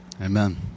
Amen